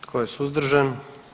Tko je suzdržan?